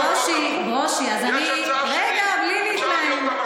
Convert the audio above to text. ברושי, ברושי, אז אני, רגע, בלי להתלהם.